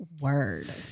word